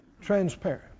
Transparent